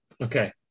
Okay